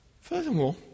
Furthermore